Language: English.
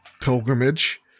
pilgrimage